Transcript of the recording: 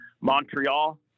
Montreal